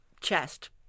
chest